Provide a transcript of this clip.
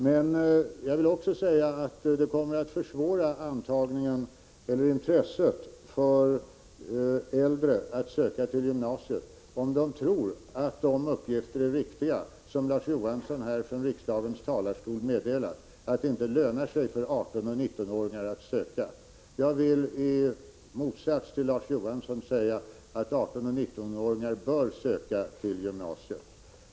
Men det kommer att försvaga de äldres intresse för att söka till gymnasiet om de tror att de uppgifter är riktiga som Larz Johansson från riksdagens talarstol meddelar, nämligen att det inte lönar sig för 18-19-åringar att söka. Jag vill i motsats till Larz Johansson säga att 18 och 19-åringar bör söka till gymnasiet.